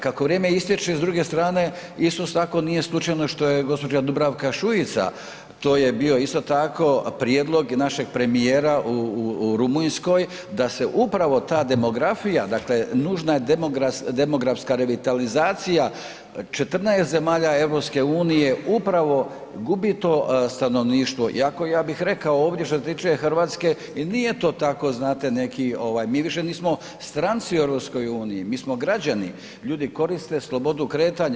Kako vrijeme istječe s druge strane isto tako nije slučajno što je gospođa Dubravka Šuica, to je bio isto tako prijedlog našeg premijera u Rumunjskoj, da se upravo ta demografija dakle nužna je demografska revitalizacija 14 zemalja EU upravo gubi to stanovništvo iako ja bih rekao ovdje što se tiče Hrvatske i nije to tako znate neki ovaj, mi više nismo stranci u EU, mi smo građani, ljudi koriste slobodu kretanja.